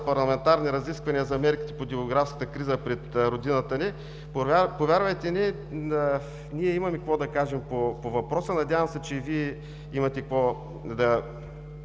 парламентарни разисквания за мерките по демографската криза пред родината ни. Повярвайте ни, ние имаме какво да кажем по въпроса. Надявам се, че и Вие имате какво да